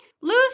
Lose